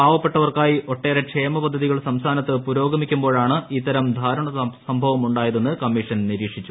പാവപ്പെട്ടവർക്കായി ഒട്ടേറെ ക്ഷേമപദ്ധതികൾ സംസ്ഥാനത്ത് പുരോഗമിക്കുമ്പോഴാണ് ഇത്തരം ദാരുണ സംഭവം ഉണ്ടായതെന്ന് കമ്മീഷൻ നിരീക്ഷിച്ചു